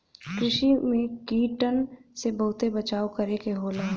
कृषि में कीटन से बहुते बचाव करे क होला